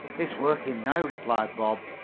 it's working now, replied bob,